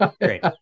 Great